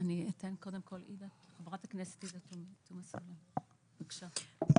חברת הכנסת עאידה תומא-סלימאן, בבקשה.